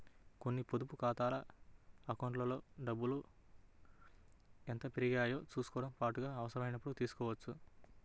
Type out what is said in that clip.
కొన్ని పొదుపు ఖాతాల అకౌంట్లలో ఉన్న డబ్బుల్ని ఎంత పెరిగాయో చూసుకోవడంతో పాటుగా అవసరమైనప్పుడు తీసుకోవచ్చు